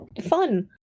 fun